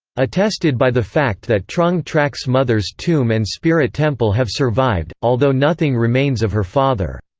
attested by the fact that trung trac's mother's tomb and spirit temple have survived, although nothing remains of her father,